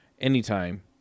anytime